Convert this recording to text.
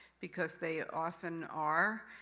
because they often are,